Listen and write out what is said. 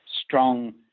strong